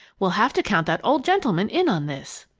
we'll have to count that old gentleman in on this!